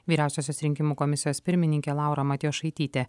vyriausiosios rinkimų komisijos pirmininkė laura matjošaitytė